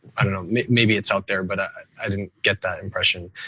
i don't know, maybe it's out there, but i didn't get that impression.